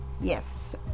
Yes